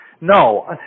no